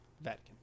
Vatican